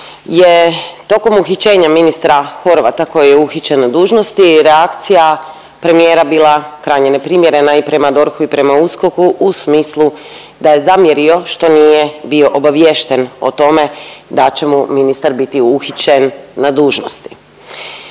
je tokom uhićenja ministra Horvata koji je uhićen na dužnosti, reakcija premijera bila krajnje neprimjerena i prema DORH-u i prema USKOK-u u smislu da je zamjerio što nije bio obaviješten o tome da će mu ministar biti uhićen na dužnosti.